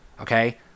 okay